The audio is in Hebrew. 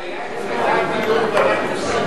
נדמה לי שהיה אצלך דיון ואנחנו סיכמנו.